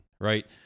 right